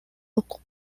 local